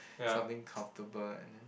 something comfortable and then